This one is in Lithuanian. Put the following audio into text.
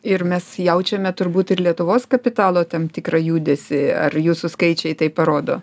ir mes jaučiame turbūt ir lietuvos kapitalo tam tikrą judesį ar jūsų skaičiai tai parodo